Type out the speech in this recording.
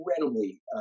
incredibly